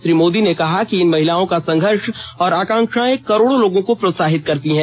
श्री मोदी ने कहा कि इन महिलाओं का संघर्ष और आकांक्षाएं करोडों लोगों को प्रोत्साहित करती हैं